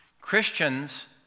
Christians